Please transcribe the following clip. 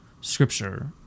scripture